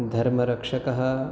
धर्मरक्षकः